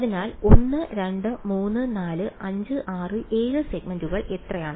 അതിനാൽ 1 2 3 4 5 6 7 സെഗ്മെന്റുകൾ എത്രയാണ്